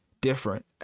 different